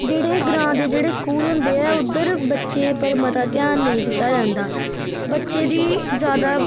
जेह्ड़े ग्रां दे जेह्ड़े स्कूल होंदे ऐ उद्धर बच्चें पर मता ध्यान नेईं दित्ता जंदा बच्चें दी ज्यादा